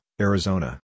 Arizona